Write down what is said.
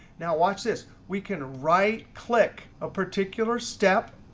now watch this. we can right click ah particular step,